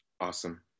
Awesome